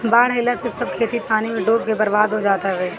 बाढ़ आइला से सब खेत पानी में डूब के बर्बाद हो जात हवे